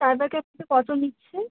cyber ক্যাফেতে কতো নিচ্ছে